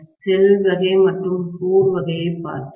shell வகை மற்றும் core வகையைப் பார்த்தோம்